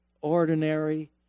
ordinary